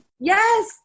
Yes